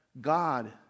God